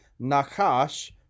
Nakash